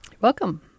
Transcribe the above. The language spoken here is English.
Welcome